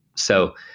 so,